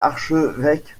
archevêque